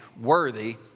worthy